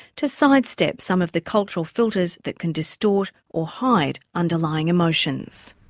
to sidestep some of the cultural filters than can distort or hide underlying emotions.